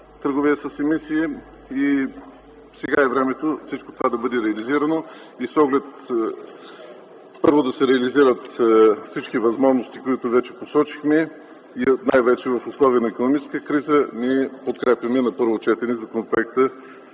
търговия с емисии. Сега е времето всичко това да бъде реализирано. Първо да се реализират всички възможности, които вече посочихме, най-вече в условия на икономическа криза. Ние подкрепяме на първо четене Законопроекта